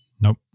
Nope